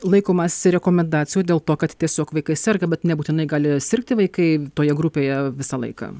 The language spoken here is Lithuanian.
laikomasi rekomendacijų dėl to kad tiesiog vaikai serga bet nebūtinai gali sirgti vaikai toje grupėje visą laiką